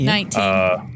Nineteen